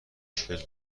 مشکل